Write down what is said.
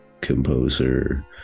composer